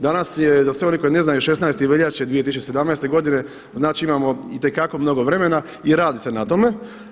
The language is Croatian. Danas je za sve one koju ne znaju 16. veljače 2017. godine znači imamo itekako mnogo vremena i radi se na tome.